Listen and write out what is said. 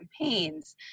campaigns